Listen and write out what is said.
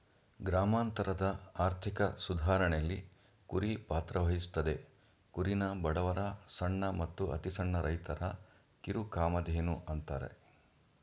ಗ್ರಾಮಾಂತರದ ಆರ್ಥಿಕ ಸುಧಾರಣೆಲಿ ಕುರಿ ಪಾತ್ರವಹಿಸ್ತದೆ ಕುರಿನ ಬಡವರ ಸಣ್ಣ ಮತ್ತು ಅತಿಸಣ್ಣ ರೈತರ ಕಿರುಕಾಮಧೇನು ಅಂತಾರೆ